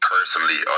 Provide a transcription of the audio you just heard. Personally